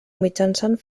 mitjançant